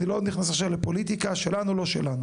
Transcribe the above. אני לא נכנס עכשיו לפוליטיקה על מה שלנו ומה לא שלנו.